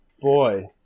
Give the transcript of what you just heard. Boy